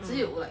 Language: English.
只有 like